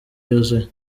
yuzuye